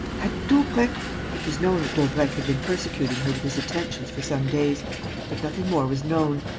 had daubrecq. it was known that daubrecq had been persecuting her with his attentions for some days but nothing more was known.